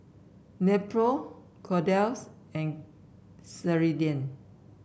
Nepro Kordel's and Ceradan